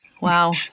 Wow